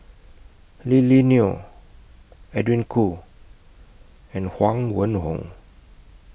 Lily Neo Edwin Koo and Huang Wenhong